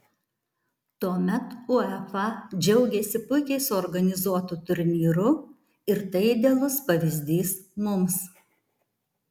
tuomet uefa džiaugėsi puikiai suorganizuotu turnyru ir tai idealus pavyzdys mums